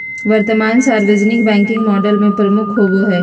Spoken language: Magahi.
वर्तमान सार्वजनिक बैंकिंग मॉडल में प्रमुख होबो हइ